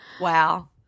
wow